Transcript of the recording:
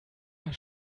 war